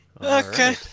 Okay